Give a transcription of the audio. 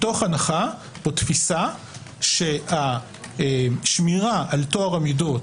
מתוך הנחה או תפיסה שהשמירה על טוהר המידות,